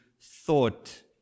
thought